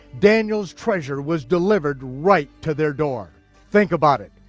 daniel's treasure was delivered right to their door. think about it,